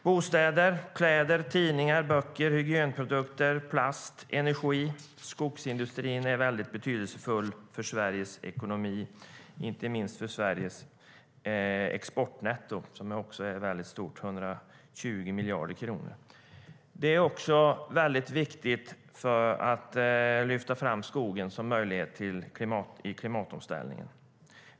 Bostäder, kläder, tidningar, böcker, hygienprodukter, plast, energi - skogsindustrin är väldigt betydelsefull för Sveriges ekonomi, inte minst för Sveriges exportnetto, som ju också är väldigt stort: 120 miljarder kronor. Det är också viktigt att lyfta fram skogen som möjlighet i klimatomställningen.